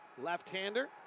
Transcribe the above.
Left-hander